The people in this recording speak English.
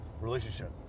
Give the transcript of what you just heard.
Relationship